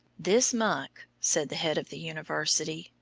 this monk, said the head of the university,